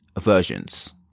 versions